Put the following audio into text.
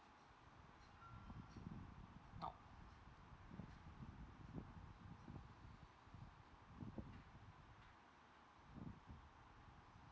no